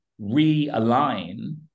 realign